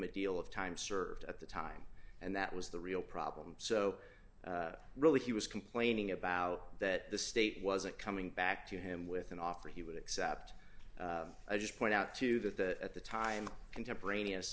a deal of time served at the time and that was the real problem so really he was complaining about that the state wasn't coming back to him with an offer he would accept i just point out too that that at the time contemporaneous